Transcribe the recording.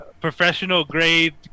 professional-grade